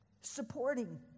supporting